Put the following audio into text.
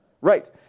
Right